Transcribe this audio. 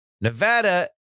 Nevada